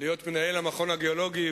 להיות מנהל המכון הגיאולוגי,